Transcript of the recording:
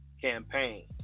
campaign